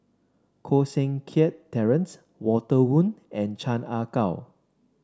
Koh Seng Kiat Terence Walter Woon and Chan Ah Kow